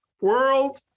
world